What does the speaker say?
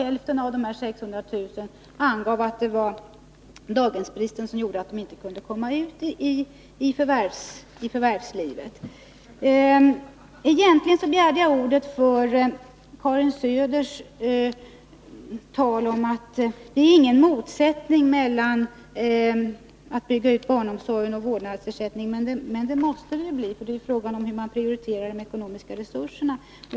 Hälften av dessa 600000 angav att det var daghemsbristen som gjorde att de inte kunde komma ut i förvärvslivet. Egentligen begärde jag ordet för att bemöta Karin Söders tal om att det inte finns någon motsättning mellan utbyggnad av barnomsorgen och vårdnadsersättningen. Men det måste det ju finnas, eftersom det är fråga om hur man prioriterar de ekonomiska resurserna.